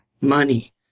money